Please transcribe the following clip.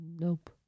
Nope